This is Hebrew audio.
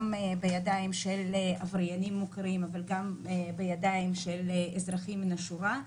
בידיים של עבריינים מוכרים אבל גם בידיים של אזרחים מן השורה.